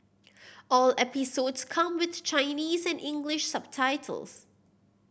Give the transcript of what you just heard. all episodes come with Chinese and English subtitles